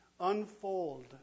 Unfold